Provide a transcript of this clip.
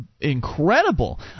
incredible